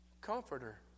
comforter